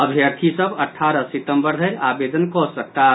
अभ्यर्थी सभ अठारह सितम्बर धरि आवेदन कऽ सकताह